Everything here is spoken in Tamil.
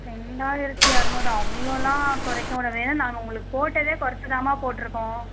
ரெண்டாயிரத்து அறநூறு அவ்ளோலாம் குறைக்க முடியாதும்மா ஏன்னா நாங்கள் உங்களுக்கு போட்டதே குறச்சி தான்மா போட்டுருக்கோம்